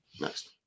Next